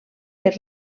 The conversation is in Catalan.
per